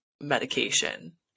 medication